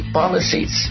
policies